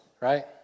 right